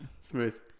Smooth